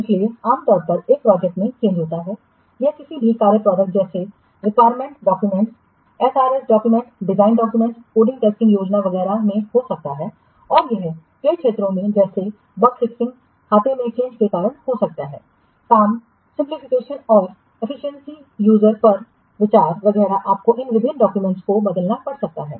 इसलिए आम तौर पर एक प्रोजेक्ट में चेंज होता है यह किसी भी कार्य प्रोडक्ट जैसे requirement documents SRS documents design documents coding testing योजना वगैरह में हो सकता है और यह कई क्षेत्रों जैसे बग फिक्सिंग खाते के चेंज के कारण हो सकता है काम सिंपलीफिकेशन और एफिशिएंसी इश्यूज पर विचार वगैरह आपको इन विभिन्न डाक्यूमेंट्स को बदलना पड़ सकता है